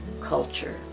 culture